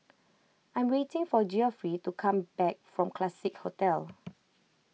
I am waiting for Geoffrey to come back from Classique Hotel